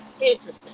Interesting